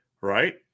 right